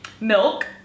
milk